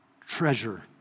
treasure